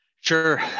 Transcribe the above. Sure